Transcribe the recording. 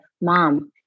mom